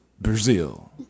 Brazil